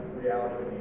reality